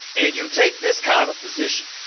and you take this kind of position.